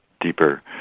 deeper